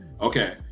Okay